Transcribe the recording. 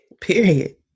period